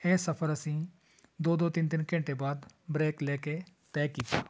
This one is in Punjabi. ਇਹ ਸਫ਼ਰ ਅਸੀਂ ਦੋ ਦੋ ਤਿੰਨ ਤਿੰਨ ਘੰਟੇ ਬਾਅਦ ਬਰੇਕ ਲੈਕੇ ਤਹਿ ਕੀਤਾ